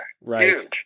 Right